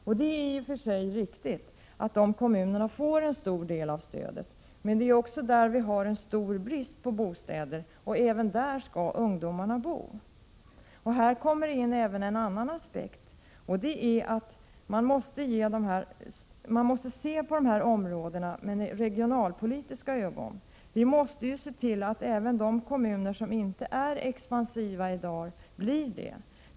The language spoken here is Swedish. Det är ju i och för sig riktigt att de kommunerna får en stor 25 del av stödet, men det är där vi har stor brist på bostäder, och även där skall ungdomar bo. Här kommer även en annan aspekt in, och den är att man måste se på dessa områden med regionalpolitiska ögon. Vi måste ju se till, att också de kommuner som inte är expansiva i dag blir det.